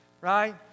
right